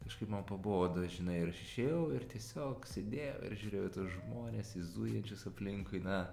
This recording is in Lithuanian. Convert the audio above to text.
kažkaip man pabodo žinai ir aš išėjau ir tiesiog sėdėjau ir žiūrėjau į tuos žmones į zujančius aplinkui na